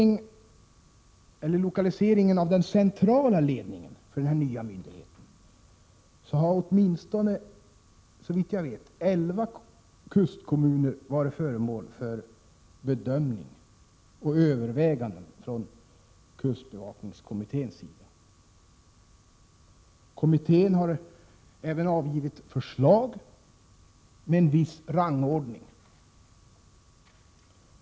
Vad gäller lokaliseringen av den centrala ledningen för den nya myndigheten har åtminstone såvitt jag vet 11 kustkommuner varit föremål för bedömning och överväganden från kustbevakningskommitténs sida. Kommittén har även avgivit ett förslag med en viss rangordning.